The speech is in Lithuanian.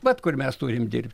vat kur mes turime dirbt